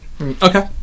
Okay